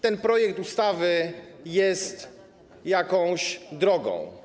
Ten projekt ustawy jest jakąś drogą.